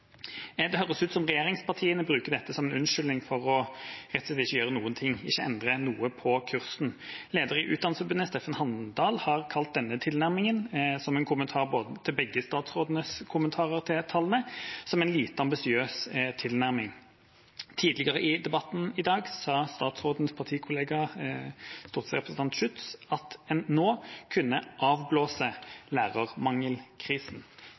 Det høres ut som om regjeringspartiene bruker dette som en unnskyldning for rett og slett å ikke gjøre noen ting, ikke endre noe på kursen. Leder i Utdanningsforbundet, Steffen Handal, har, som en kommentar til begge statsrådenes kommentarer til tallene, kalt dette en lite ambisiøs tilnærming. Tidligere i debatten i dag sa statsrådens partikollega, stortingsrepresentant Schytz, at en nå